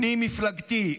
פנים-מפלגתי.